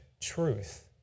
truth